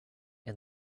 and